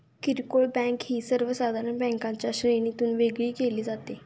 किरकोळ बँक ही सर्वसाधारण बँकांच्या श्रेणीतून वेगळी केली जाते